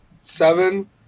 seven